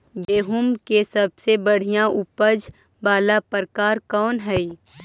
गेंहूम के सबसे बढ़िया उपज वाला प्रकार कौन हई?